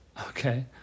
Okay